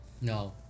No